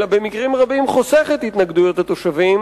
אלא במקרים רבים חוסך את התנגדויות התושבים